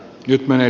litmanen